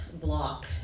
block